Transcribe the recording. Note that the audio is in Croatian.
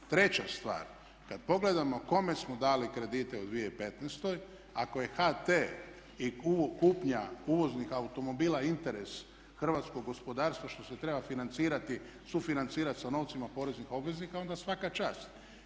Treća stvar, kad pogledamo kome smo dali kredite u 2015. ako je HT i kupnja uvoznih automobila interes hrvatskog gospodarstva što se treba financirati, sufinancirati sa novcima poreznih obveznika onda svaka čast.